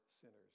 sinners